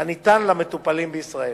הניתן למטופלים בישראל.